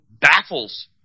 baffles